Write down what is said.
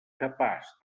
capaç